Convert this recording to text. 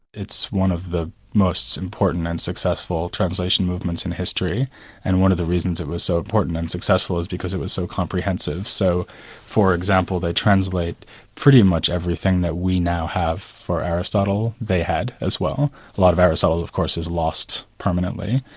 it's one of the most important and successful translation movements in history and one of the reasons it was so important and successful is because it was so comprehensive, so for example they translate pretty much everything that we now have for aristotle, they had as well. a lot of aristotle of course is lost permanently,